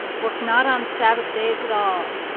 work not on sabbath days at all,